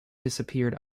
disappeared